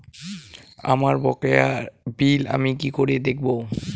আমার বকেয়া বিল আমি কি করে দেখব?